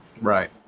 Right